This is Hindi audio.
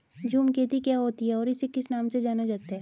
झूम खेती क्या होती है इसे और किस नाम से जाना जाता है?